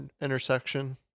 intersection